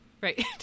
right